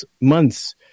months